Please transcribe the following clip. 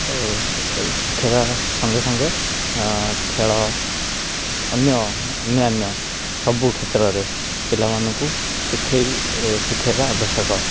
ଆଉ ଶିଖାଇବା ସଙ୍ଗେ ସଙ୍ଗେ ଖେଳ ଅନ୍ୟ ଅନ୍ୟାନ୍ୟ ସବୁ କ୍ଷେତ୍ରରେ ପିଲାମାନଙ୍କୁ ଶିଖାଇ ଶିଖାଇବା ଆବଶ୍ୟକ